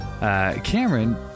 Cameron